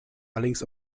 allerdings